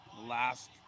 Last